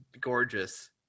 gorgeous